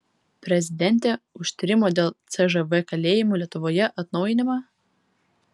prezidentė už tyrimo dėl cžv kalėjimų lietuvoje atnaujinimą